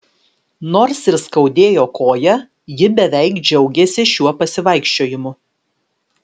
nors ir skaudėjo koją ji beveik džiaugėsi šiuo pasivaikščiojimu